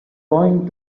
going